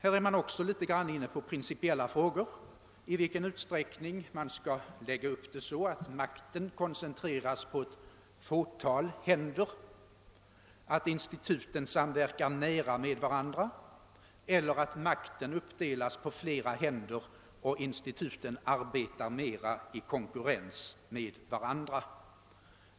Även där kommer vi in på en principiell fråga: I vilken utsträckning skall man lägga makten i ett fåtals händer, och skall instituten därvidlag samverka med varandra, eller skall makten delas upp på flera händer och instituten arbeta mera i konkurrens med varandra?